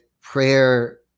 prayer